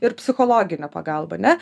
ir psichologinę pagalbą ne